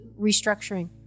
restructuring